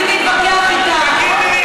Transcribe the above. אני מתווכח איתך,